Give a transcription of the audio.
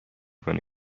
کنه